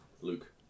Luke